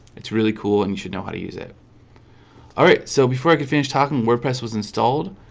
it's really cool and you should know how to use it all right. so before i can finish talking wordpress was installed.